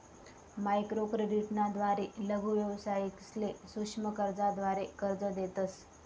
microcredit ना द्वारे लघु व्यावसायिकसले सूक्ष्म कर्जाद्वारे कर्ज देतस